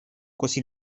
così